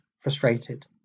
frustrated